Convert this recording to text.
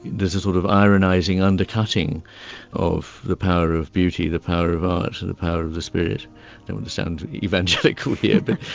there's a sort of ironising undercutting of the power of beauty, the power of art, and the power of the spirit don't want to sound evangelical here,